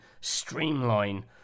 streamline